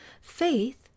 faith